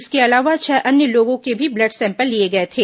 इसके अलावा छह अन्य लोगों के भी ब्लड सैंपल लिए गए थे